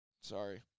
Sorry